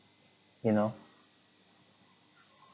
you know